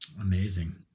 Amazing